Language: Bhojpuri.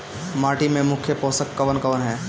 माटी में मुख्य पोषक कवन कवन ह?